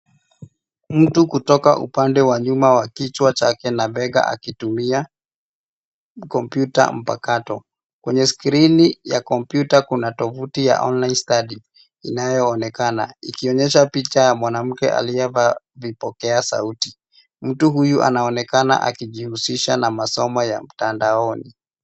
Mtu kutoka upande wa nyuma wa kichwa chake na bega akitumia kompyuta mpakato. Kwenye skrini ya kompyuta, kuna tovuti ya online studies inayoonekana, ikionyesha picha ya mwanamke aliyevaa vipokea sauti. Mtu huyu anaonekana akijihusisha na masomo ya mtandaoni.